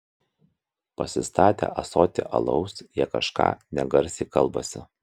pasistatę ąsotį alaus jie kažką negarsiai kalbasi